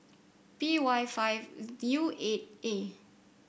P Y five U eight A